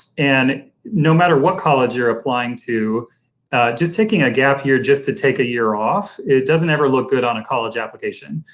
and no matter what college you're applying to just taking a gap year just to take a year off, it doesn't ever look good on a college application.